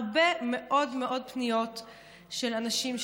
הרבה מאוד מאוד פניות של אנשים,